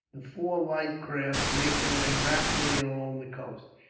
the four light craft made their way rapidly along the coast.